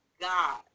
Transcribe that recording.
God